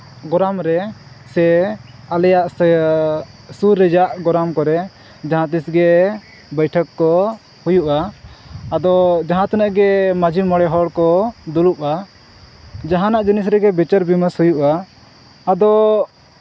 ᱜᱚᱨᱟᱢ ᱨᱮ ᱥᱮ ᱟᱞᱮᱭᱟᱜ ᱥᱮ ᱥᱩᱨ ᱨᱮᱭᱟᱜ ᱜᱚᱨᱟᱢ ᱠᱚᱨᱮ ᱡᱟᱦᱟᱸ ᱛᱤᱥ ᱜᱮ ᱵᱳᱭᱴᱷᱚᱠ ᱠᱚ ᱦᱩᱭᱩᱜᱼᱟ ᱟᱫᱚ ᱡᱟᱦᱟᱸ ᱛᱤᱱᱟᱹᱜ ᱜᱮ ᱢᱟᱹᱡᱷᱤ ᱢᱚᱬᱮ ᱦᱚᱲ ᱠᱚ ᱫᱩᱲᱩᱵᱼᱟ ᱡᱟᱦᱟᱱᱟᱜ ᱡᱤᱱᱤᱥ ᱨᱮᱜᱮ ᱵᱤᱪᱟᱨ ᱵᱤᱢᱟᱥ ᱦᱩᱭᱩᱜᱼᱟ ᱟᱫᱚ